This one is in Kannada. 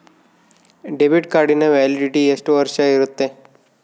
ಡೆಬಿಟ್ ಕಾರ್ಡಿನ ವ್ಯಾಲಿಡಿಟಿ ಎಷ್ಟು ವರ್ಷ ಇರುತ್ತೆ?